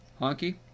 Honky